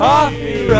Coffee